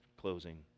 closing